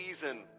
season